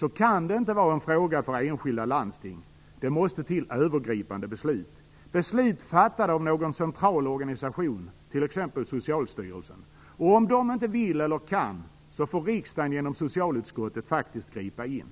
Det kan därför inte vara en fråga för enskilda landsting - det måste till övergripande beslut, beslut fattade av någon central organisation, t.ex. Socialstyrelsen. Om Socialstyrelsen inte vill eller kan får riksdagen genom socialutskottet faktiskt gripa in.